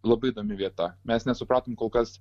labai įdomi vieta mes nesupratom kol kas